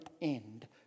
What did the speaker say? end